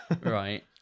Right